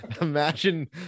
imagine